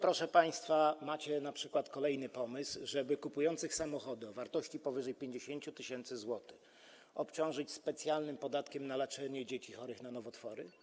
Proszę państwa, macie np. kolejny pomysł, żeby kupujących samochody o wartości powyżej 50 tys. zł obciążyć specjalnym podatkiem przeznaczonym na leczenie dzieci chorych na nowotwory.